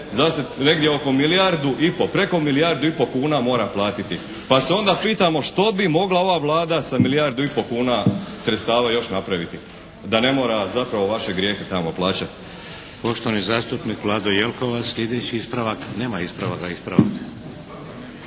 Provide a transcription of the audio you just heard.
za sad negdje oko milijardu i po, milijardu i po kuna mora platiti. Pa se onda pitamo što bi mogla ova Vlada sa milijardu i po kuna sredstava još napraviti da ne mora zapravo vaše grijehe tamo plaćati. **Šeks, Vladimir (HDZ)** Poštovani zastupnik Vlado Jelkovac, sljedeći ispravak. Nema ispravak na ispravak.